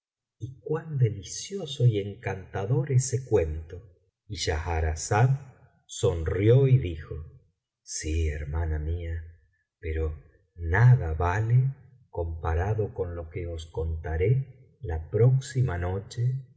cuan delicioso y encantador ese cuento y schahrazada sonrió y dijo sí hermana mía pero nada vale comparado con lo que os contaré la próxima noche si